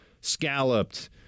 scalloped